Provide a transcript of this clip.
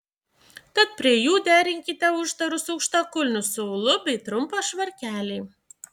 tad prie jų derinkite uždarus aukštakulnius su aulu bei trumpą švarkelį